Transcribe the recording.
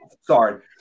sorry